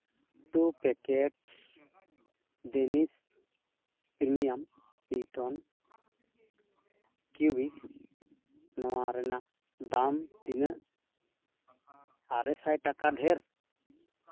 ᱴᱮᱱ packets Dennis premium mutton cubes ᱱᱚᱣᱟ ᱨᱮᱱᱟᱜ ᱫᱟᱢ ᱛᱤᱱᱟᱹᱜ ᱟᱨᱮ ᱥᱟᱭ ᱴᱟᱠᱟ ᱰᱷᱮᱨ